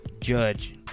judge